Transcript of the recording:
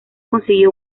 consiguió